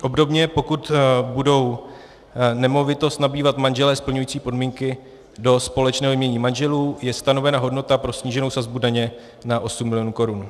Obdobně, pokud budou nemovitost nabývat manželé splňující podmínky do společného jmění manželů, je stanovena hodnota pro sníženou sazbu daně na 8 mil. Kč.